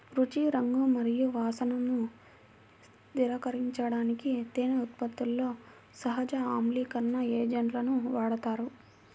రుచి, రంగు మరియు వాసనను స్థిరీకరించడానికి తేనె ఉత్పత్తిలో సహజ ఆమ్లీకరణ ఏజెంట్లను వాడతారు